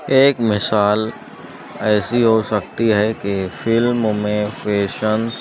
ایک مثال ایسی ہو سکتی ہے کہ فلم میں فیشن